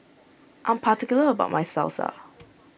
I am particular about my Salsa